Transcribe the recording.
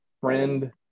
friend